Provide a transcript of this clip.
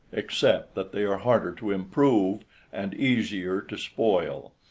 except that they are harder to improve and easier to spoil.